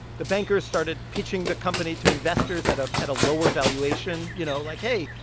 the bankers started pitching the company to investors at ah at a lower valuation you know, like, hey,